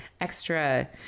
extra